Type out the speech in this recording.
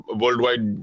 worldwide